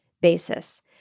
basis